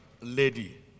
lady